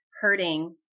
hurting